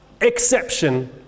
exception